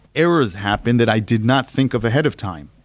errors happen that i did not think of ahead of time.